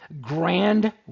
Grand